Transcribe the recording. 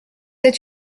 êtes